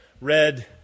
red